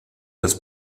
des